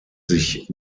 sich